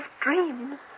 dreams